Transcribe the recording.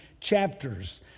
chapters